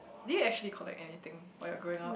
did you actually collect anything while you're growing up